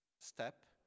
step